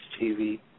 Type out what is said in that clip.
TV